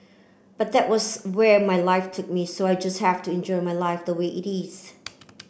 but that was where my life took me so I just have to enjoy my life the way it is